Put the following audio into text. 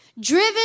driven